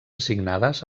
assignades